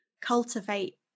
cultivate